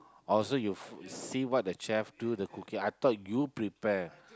also you f~ see what the chef do the cooking I thought you prepare